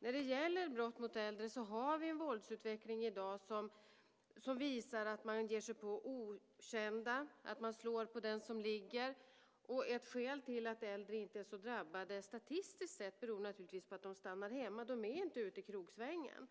När det gäller brott mot äldre har vi i dag en våldsutveckling som visar att man ger sig på okända och slår på den som ligger. Ett skäl till att äldre inte är så drabbade statistiskt sett är naturligtvis att de stannar hemma, att de inte är ute i krogsvängen.